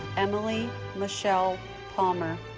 emily michelle palmer